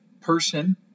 person